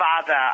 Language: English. father